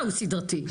הוא סדרתי.